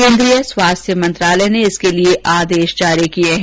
केन्द्रीय स्वास्थ्य मंत्रालय ने इसके लिए आदेश जारी किए हैं